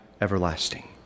everlasting